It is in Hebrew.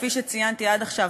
כפי שציינתי עד עכשיו,